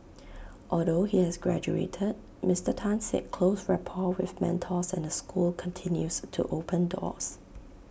although he has graduated Mister Tan said close rapport with mentors and the school continues to open doors